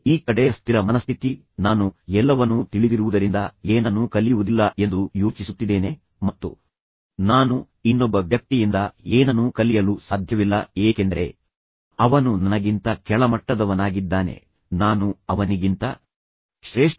ಈಗ ಈ ಕಡೆಃ ಸ್ಥಿರ ಮನಸ್ಥಿತಿ ಆದ್ದರಿಂದ ನಾನು ಎಲ್ಲವನ್ನೂ ತಿಳಿದಿರುವುದರಿಂದ ಏನನ್ನೂ ಕಲಿಯುವುದಿಲ್ಲ ಎಂದು ಯೋಚಿಸುತ್ತಿದ್ದೇನೆ ಮತ್ತು ಇನ್ನೊಬ್ಬ ವ್ಯಕ್ತಿಯಿಂದ ನಾನು ಏನನ್ನೂ ಕಲಿಯಲು ಸಾಧ್ಯವಿಲ್ಲ ಏಕೆಂದರೆ ಅವನು ನನಗಿಂತ ಕೀಳು ನಾನು ಅವನಿಗಿಂತ ಶ್ರೇಷ್ಠ